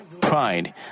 pride